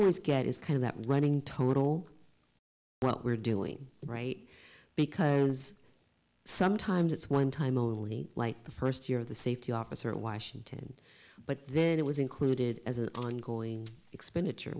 get is kind of that running total but we're doing it right because sometimes it's one time only like the first year of the safety officer in washington but then it was included as an ongoing expenditure